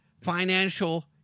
financial